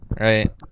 Right